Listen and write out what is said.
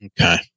Okay